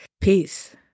peace